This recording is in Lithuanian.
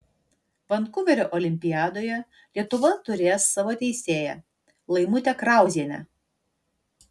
vankuverio olimpiadoje lietuva turės savo teisėją laimutę krauzienę